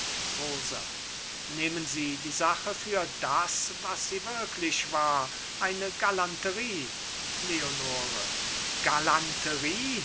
nehmen sie die sache für das was sie wirklich war eine galanterie leonore galanterie